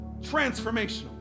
Transformational